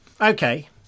Okay